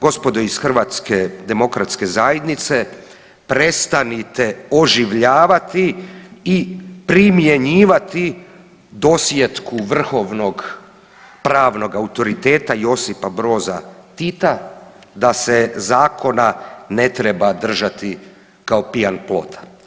Gospodo iz HDZ-a prestanite oživljavati i primjenjivati dosjetku vrhovnog pravnog autoriteta Josipa Broza Tita da se zakona ne treba držati kao pijan plota.